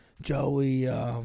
Joey